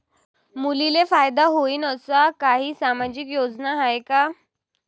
मुलींले फायदा होईन अशा काही सामाजिक योजना हाय का?